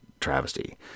travesty